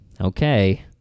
Okay